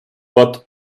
but